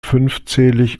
fünfzählig